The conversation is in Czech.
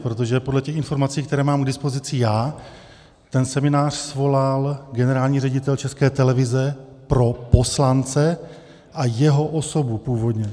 Protože podle těch informací, které mám k dispozici já, ten seminář svolal generální ředitel České televize pro poslance a jeho osobu původně.